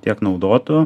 tiek naudotų